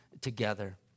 together